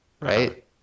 right